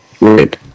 Right